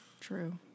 True